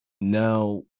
now